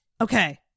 okay